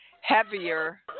heavier